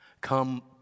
come